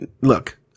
look